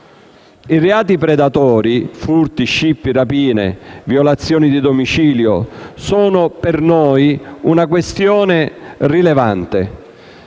i reati predatori (furti, scippi, rapine e violazioni di domicilio) sono per noi una questione rilevante.